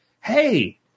Hey